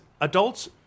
adults